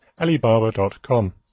alibaba.com